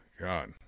God